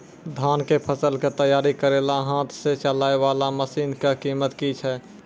धान कऽ फसल कऽ तैयारी करेला हाथ सऽ चलाय वाला मसीन कऽ कीमत की छै?